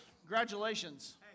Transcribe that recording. Congratulations